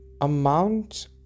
amount